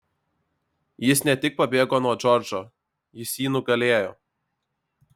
jis ne tik pabėgo nuo džordžo jis jį nugalėjo